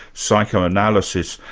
psychoanalysis,